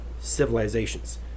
civilizations